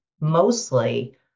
mostly